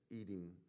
eating